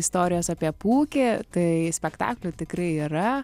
istorijos apie pūkį tai spektaklių tikrai yra